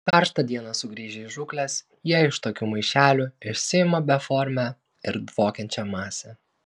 karštą dieną sugrįžę iš žūklės jie iš tokių maišelių išsiima beformę ir dvokiančią masę